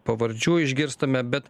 pavardžių išgirstame bet